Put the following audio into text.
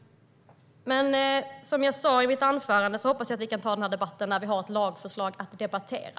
Men som jag sa i mitt anförande hoppas jag att vi kan ta denna debatt när vi har ett lagförslag att debattera.